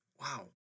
wow